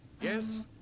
Yes